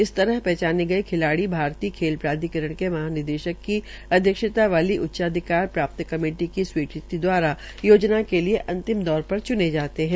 इसी तरह पहचाने गये खिलाड़ी भारतीय खेल प्राधिकरण के महानिदेशक की अध्यक्षता वाली उच्चधिकार प्राप्त कमेटी की स्वीकृति दवारा योजना के लिये अंतिम दौर पर चूने जाते है